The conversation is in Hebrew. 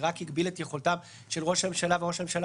שרק הגביל את יכולתם של ראש הממשלה וראש הממשלה